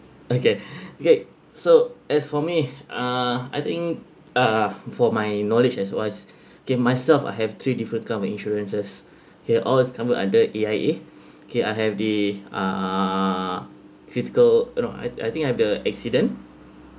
okay okay so as for me uh I think uh for my knowledge as wise kay myself I have three different covered insurances kay all is covered by the A_I_A kay I have the uh critical uh no I I think I I've the accident